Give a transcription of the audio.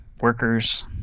workers